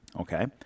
okay